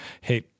Hey